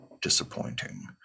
disappointing